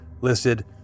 listed